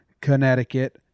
Connecticut